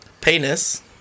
Penis